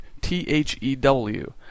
T-H-E-W